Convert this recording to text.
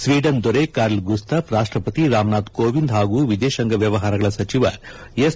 Sweden ದೊರೆ Carl Gustaf ಅವರು ರಾಷ್ಲಪತಿ ರಾಮನಾಥ ಕೋವಿಂದ್ ಹಾಗೂ ವಿದೇಶಾಂಗ ವ್ಯವಹಾರಗಳ ಸಚಿವ ಎಸ್